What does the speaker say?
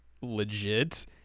legit